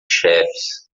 chefes